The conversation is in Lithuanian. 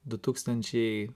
du tūkstančiai